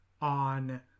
on